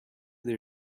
they